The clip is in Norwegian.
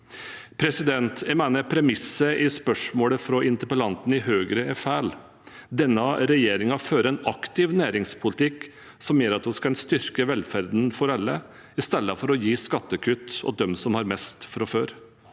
trenger. Jeg mener premisset i spørsmålet fra interpellanten fra Høyre er feil. Denne regjeringen fører en aktiv næringspolitikk som gjør at vi kan styrke velferden for alle, i stedet for å gi skattekutt til dem som har mest fra før.